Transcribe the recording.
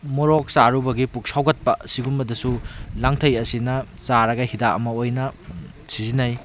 ꯃꯣꯔꯣꯛ ꯆꯥꯔꯨꯕꯒꯤ ꯄꯨꯛ ꯁꯥꯎꯒꯠꯄ ꯑꯁꯤꯒꯨꯝꯕꯗꯁꯨ ꯂꯥꯡꯊꯩ ꯑꯁꯤꯅ ꯆꯥꯔꯒ ꯍꯤꯗꯥꯛ ꯑꯃ ꯑꯣꯏꯅ ꯁꯤꯖꯤꯟꯅꯩ